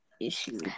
issue